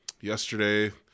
yesterday